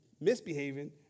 misbehaving